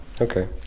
okay